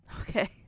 Okay